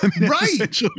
Right